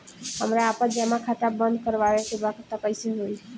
हमरा आपन जमा खाता बंद करवावे के बा त कैसे होई?